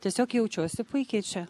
tiesiog jaučiuosi puikiai čia